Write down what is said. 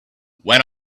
when